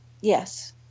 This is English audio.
Yes